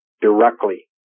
directly